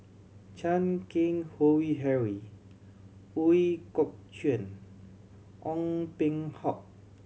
Chan Keng Howe Harry Ooi Kok Chuen Ong Peng Hock